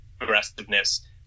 aggressiveness